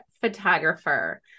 photographer